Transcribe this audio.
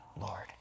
Lord